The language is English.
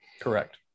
Correct